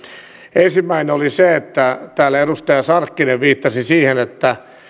ensimmäinen oli se että täällä edustaja sarkkinen viittasi siihen että